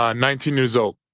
ah and nineteen years old.